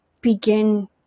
begin